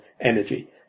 energy